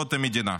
בתולדות המדינה.